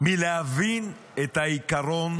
מלהבין את העיקרון